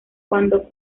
cuando